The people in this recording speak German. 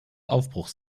aufbruchs